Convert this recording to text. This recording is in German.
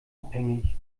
abhängig